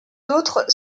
autres